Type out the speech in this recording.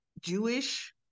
Jewish